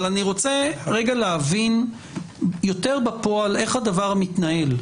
אבל אני רוצה להבין יותר בפועל, איך הדבר מתנהל.